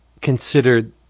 considered –